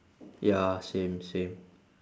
ya same same